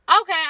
okay